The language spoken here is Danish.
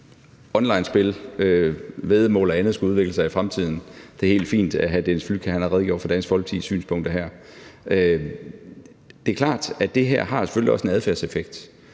onlinespil, væddemål og andet skulle udvikle sig i fremtiden. Det er helt fint, at hr. Dennis Flydtkjær har redegjort for Dansk Folkepartis synspunkter her. Det er klart, at det her selvfølgelig også har en adfærdseffekt.